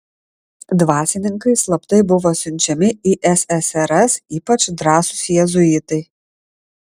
dvasininkai slaptai buvo siunčiami į ssrs ypač drąsūs jėzuitai